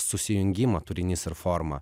susijungimą turinys ir formą